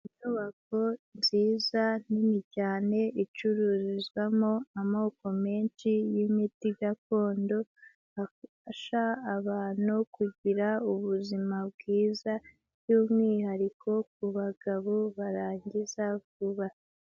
Inyubako nziza, nini cyane, icuruzwamo amoko menshi y'imiti gakondo, afasha abantu kugira ubuzima bwiza, by'umwihariko kubagabo barangiza vuba.